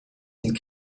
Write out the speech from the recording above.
den